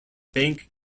bank